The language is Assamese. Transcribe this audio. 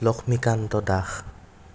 লক্ষ্মীকান্ত দাস